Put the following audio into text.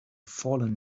fallen